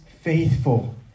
faithful